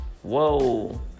Whoa